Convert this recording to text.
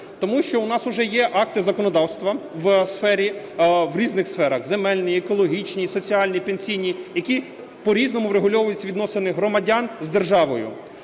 Тому що у нас уже є акти законодавства в різних сферах, в земельній, екологічній, соціальній, пенсійній, які по-різному врегульовують відносини громадян з державою.